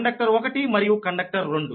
conductor ఒకటి మరియు conductor రెండు